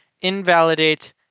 invalidate